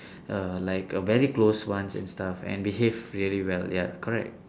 err like a very closed ones and stuff and behave really well ya correct